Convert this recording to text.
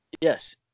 yes